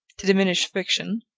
to diminish friction,